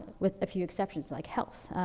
with a few exceptions, like health.